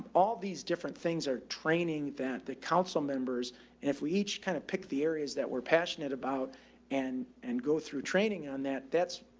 all these different things or training that the council members. and if we each kind of pick the areas that we're passionate about and, and go through training on that, that's,